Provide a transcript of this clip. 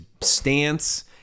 stance